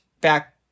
back